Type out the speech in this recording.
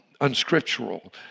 unscriptural